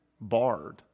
Barred